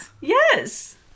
Yes